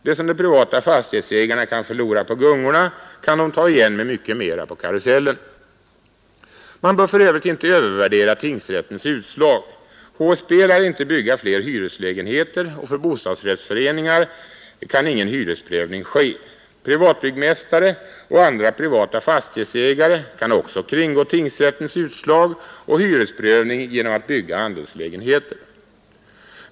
Det som de privata fastighetsägarna kan förlora på gungorna kan de ta igen med mycket mera på karusellen. Man bör för övrigt inte övervärdera tingsrättens utslag. HSB lär inte bygga fler hyreslägenheter, och för bostadsrättsföreningar kan ju ingen hyresprövning ske. Privatbyggmästare och andra privata fastighetsägare kan också kringgå tingsrättens utslag och hyresprövning genom att bygga andelslägenheter.